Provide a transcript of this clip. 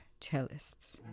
cellists